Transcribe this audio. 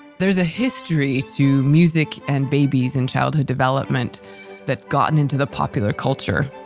there is a history to music and babies, and childhood development that's gotten into the popular culture.